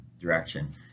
direction